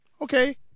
okay